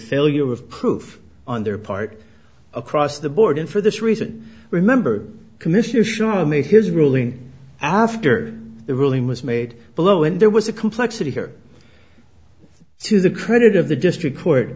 failure of proof on their part across the board and for this reason remember commissioner show me his ruling after the ruling was made below and there was a complexity here to the credit of the district court